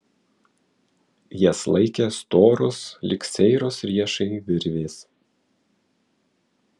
jas laikė storos lyg seiros riešai virvės